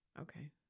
Okay